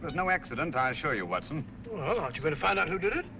no accident i assure you, watson. well, aren't you going to find out who did it?